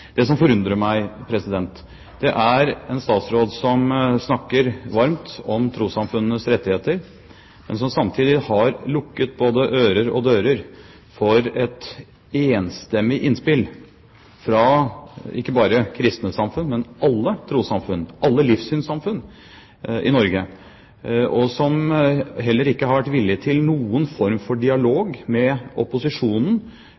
Det som forundrer meg, er en statsråd som snakker varmt om trossamfunnenes rettigheter, men som samtidig har lukket både ører og dører for et enstemmig innspill fra ikke bare kristne samfunn, men alle trossamfunn – alle livssynssamfunn i Norge – og som heller ikke har vært villig til noen form for